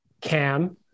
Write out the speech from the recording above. Cam